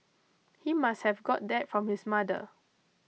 he must have got that from his mother